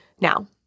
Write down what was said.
Now